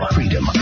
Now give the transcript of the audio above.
Freedom